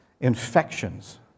infections